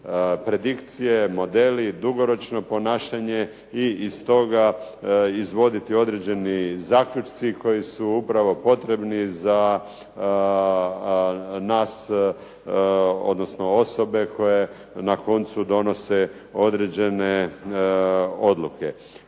predikcije, modeli, dugoročno ponašanje i iz toga izvoditi određeni zaključci koji su upravo potrebni za nas odnosno osobe koje na koncu donose određene odluke.